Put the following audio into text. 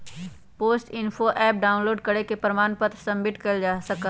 post info app download करके प्रमाण पत्र सबमिट कइल जा सका हई